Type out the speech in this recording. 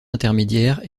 intermédiaires